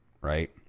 right